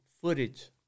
footage